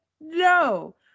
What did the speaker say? no